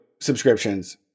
subscriptions